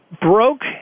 Broke